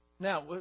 Now